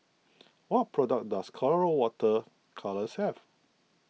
what products does Colora Water Colours have